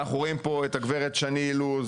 ואנחנו רואים פה את הגב' שני אילוז